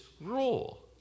rule